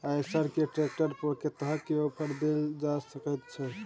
आयसर के ट्रैक्टर पर कतेक के ऑफर देल जा सकेत छै?